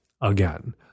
again